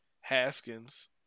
Haskins